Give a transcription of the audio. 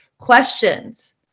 questions